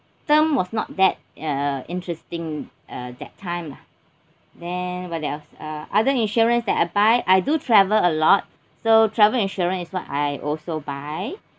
term was not that uh interesting uh that time lah then what else uh other insurance that I buy I do travel a lot so travel insurance is what I also buy